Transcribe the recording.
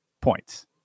points